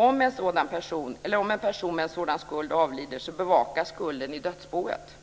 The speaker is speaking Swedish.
Om en person med en sådan skuld avlider bevakas skulden av dödsboet.